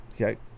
Okay